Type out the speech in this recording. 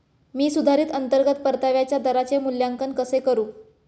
मी सुधारित अंतर्गत परताव्याच्या दराचे मूल्यांकन कसे करू?